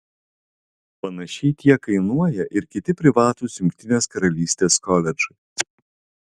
panašiai tiek kainuoja ir kiti privatūs jungtinės karalystės koledžai